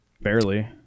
Barely